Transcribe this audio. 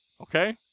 Okay